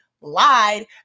lied